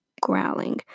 growling